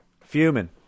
fuming